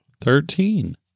Thirteen